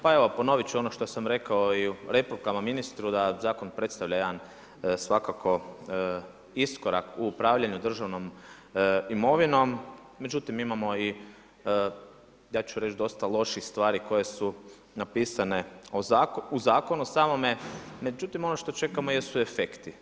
Ponovit ću ono što sam rekao i u replikama ministru da zakon predstavlja jedan svakako iskorak u upravljanju državnom imovinom, međutim imamo i, ja ću reć, dosta loših stvari koje su napisane u zakonu samome, međutim ono što čekamo jesu efekti.